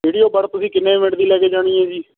video ਪਰ ਤੁਸੀਂ ਕਿੰਨੇ ਮਿੰਟ ਦੀ ਲੈ ਕੇ ਜਾਣੀ ਹੈ ਜੀ